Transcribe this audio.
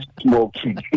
smoking